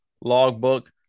Logbook